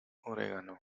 orégano